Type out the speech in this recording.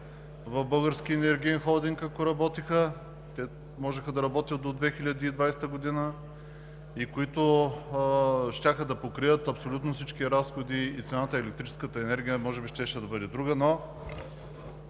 в Българския енергиен холдинг, ако работеха – те можеха да работят до 2020 г., които щяха да покрият абсолютно всички разходи и цената на електрическата енергия може би щеше да бъде друга. Но